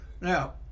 Now